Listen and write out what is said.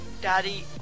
Daddy